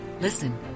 Listen